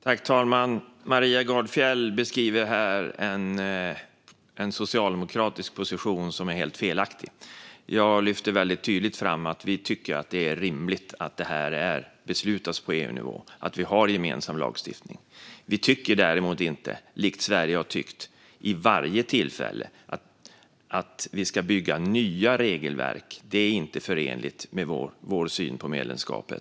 Fru talman! Maria Gardfjell beskriver en socialdemokratisk position som är helt felaktig. Jag lyfte väldigt tydligt fram att vi tycker att det är rimligt att det här beslutas på EU-nivå och att vi har gemensam lagstiftning. Vi tycker däremot inte att vi ska bygga nya regelverk, och detta har varit Sveriges ståndpunkt vid varje tillfälle. Det vore inte förenligt med vår syn på medlemskapet.